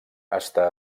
està